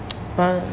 !aiya!